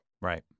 Right